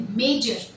major